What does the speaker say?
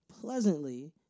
pleasantly